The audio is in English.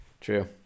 True